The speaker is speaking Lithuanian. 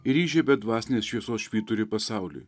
ir įžiebia dvasinės šviesos švyturį pasauliui